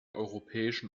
europäischen